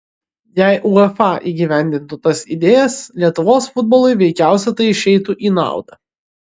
jei uefa įgyvendintų tas idėjas lietuvos futbolui veikiausia tai išeitų į naudą